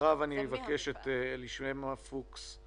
אחריו אבקש לשמוע את אלישמע פוקס,